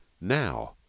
now